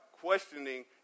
questioning